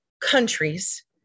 countries